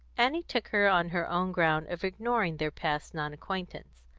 annie took her on her own ground of ignoring their past non-acquaintance.